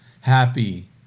happy